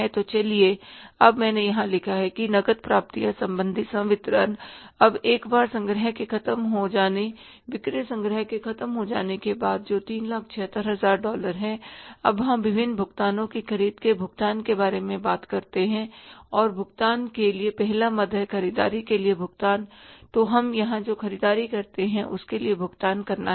तो चलिए अब मैंने यहाँ लिखा है कि नकद प्राप्तियां संबंधी संवितरण अब एक बार संग्रह के खत्म हो जाने बिक्री संग्रह के खत्म हो जाने के बाद जो कि 376000 डॉलर है अब हम विभिन्न भुगतानों की ख़रीद के भुगतान के बारे में बात करते हैं और भुगतान के लिए पहला मद है ख़रीददारी के लिए भुगतान तो हम यहां जो ख़रीददारी करते हैं उसके लिए भुगतान कितना है